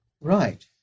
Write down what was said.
Right